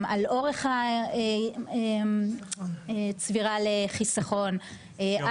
על אורך הצבירה לחיסכון,